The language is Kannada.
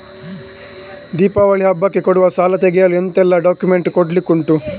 ದೀಪಾವಳಿ ಹಬ್ಬಕ್ಕೆ ಕೊಡುವ ಸಾಲ ತೆಗೆಯಲು ಎಂತೆಲ್ಲಾ ಡಾಕ್ಯುಮೆಂಟ್ಸ್ ಕೊಡ್ಲಿಕುಂಟು?